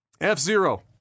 F-Zero